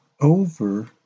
over